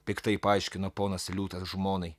piktai paaiškino ponas liūtas žmonai